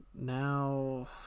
now